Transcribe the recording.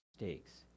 mistakes